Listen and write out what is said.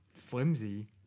Flimsy